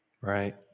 Right